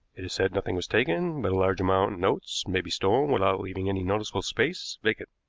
it is said nothing was taken, but a large amount in notes may be stolen without leaving any noticeable space vacant.